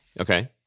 Okay